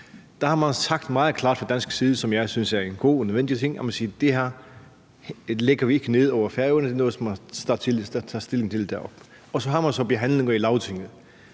fra dansk side sagt meget klart, hvilket jeg synes er en god og nødvendig ting: Det her lægger vi ikke ned over Færøerne; det er noget, som man tager stilling til deroppe. Og så har man så behandlinger i Lagtinget